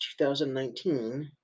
2019